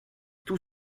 tout